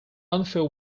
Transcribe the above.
unfair